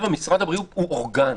משרד הבריאות הוא אורגן.